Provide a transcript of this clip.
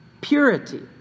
purity